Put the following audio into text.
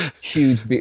huge